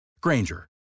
Granger